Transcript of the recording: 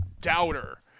doubter